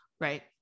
right